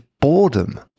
boredom